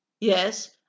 Yes